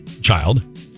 child